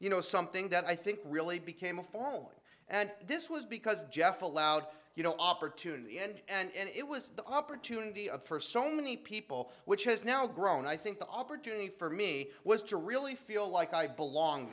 you know something that i think really became a forming and this was because jeff allowed you know opportunity and it was the opportunity of for so many people which has now grown i think the opportunity for me was to really feel like i belong